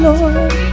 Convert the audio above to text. Lord